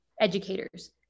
educators